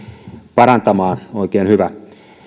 parantamaan oikein hyvä